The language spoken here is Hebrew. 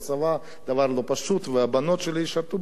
דבר לא פשוט, והבנות שלי ישרתו בצבא?